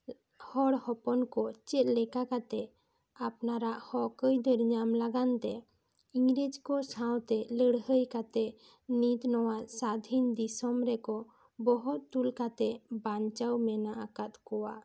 ᱦᱚᱲ ᱦᱚᱯᱚᱱ ᱠᱚ ᱪᱮᱫ ᱞᱮᱠᱟᱛᱮ ᱟᱯᱱᱟᱨᱟᱜ ᱦᱚᱠ ᱟᱹᱭᱫᱟᱹᱨ ᱧᱟᱢ ᱞᱟᱜᱟᱱ ᱛᱮ ᱤᱝᱨᱮᱡᱽ ᱠᱚ ᱥᱟᱶᱛᱮ ᱞᱟᱹᱲᱦᱟᱹᱭ ᱠᱟᱛᱮ ᱱᱤᱛ ᱱᱚᱶᱟ ᱥᱟᱫᱷᱤᱱ ᱫᱤᱥᱚᱢ ᱨᱮᱠᱚ ᱵᱚᱦᱚᱜ ᱛᱩᱞ ᱠᱟᱛᱮ ᱵᱟᱧᱪᱟᱣ ᱢᱮᱱᱟᱜ ᱟᱠᱟᱫ ᱠᱚᱣᱟ